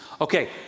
Okay